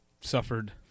suffered